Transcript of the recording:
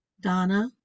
Donna